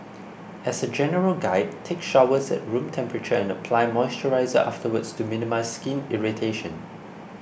as a general guide take showers at room temperature and apply moisturiser afterwards to minimise skin irritation